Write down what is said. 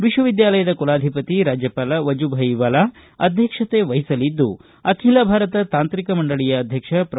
ವಿವಿ ಕುಲಾಧಿಪತಿ ರಾಜ್ಯಪಾಲ ವಝುಬಾಯಿವಾಲಾ ಅಧ್ಯಕ್ಷತೆವಹಿಸಲಿದ್ದು ಅಖಿಲ ಭಾರತ ತಾಂತ್ರಿಕ ಮಂಡಳಿಯ ಅಧ್ಯಕ್ಷ ಪ್ರೊ